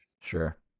Sure